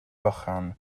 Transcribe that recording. bychan